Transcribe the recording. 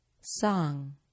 Song